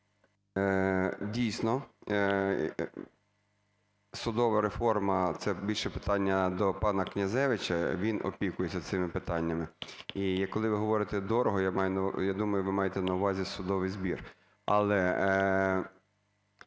дійсно, судова реформа, це більше питання до пана Князевича, він опікується цими питаннями. І коли ви говорите "дорого", я маю на увазі… я думаю, ви маєте на увазі судовий збір. Але